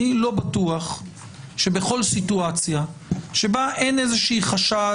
אני לא בטוח שבכל סיטואציה שבה אין איזה חשד